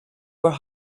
were